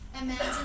Imagine